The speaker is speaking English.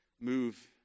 move